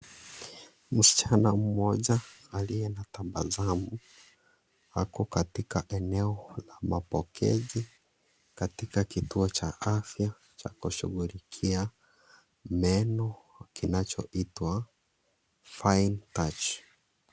Msichana mmoja aliye na tabasamu ako katika eneo la mapokezi katika kituo cha afya cha kushugulikia meno kinachoitwa Fine Touch .